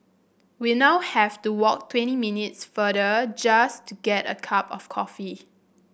we now have to walk twenty minutes farther just to get a cup of coffee